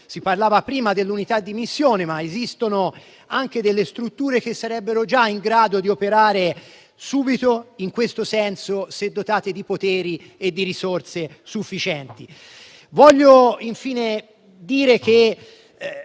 Si parlava prima dell'unità di missione, ma esistono anche strutture che sarebbero già in grado di operare subito in questo senso, se dotate di poteri e di risorse sufficienti. Voglio dire, infine, che